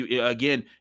again